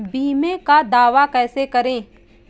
बीमे का दावा कैसे करें?